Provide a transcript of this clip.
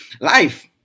life